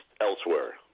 elsewhere